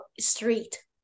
street